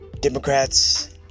democrats